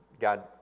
God